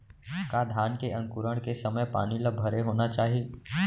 का धान के अंकुरण के समय पानी ल भरे होना चाही?